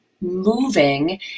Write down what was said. moving